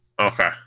Okay